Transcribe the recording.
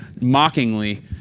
mockingly